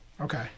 Okay